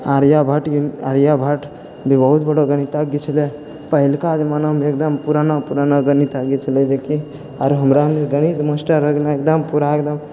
आर्यभट्ट आर्यभट्ट भी बहुत बड़ो गणितज्ञ छलै हँ पहिलका जमाना मे एकदम पुराना पुराना गणितज्ञ छलै जेकि आर हमरा गणित मास्टर भै गेलै एकदम पूरा एकदम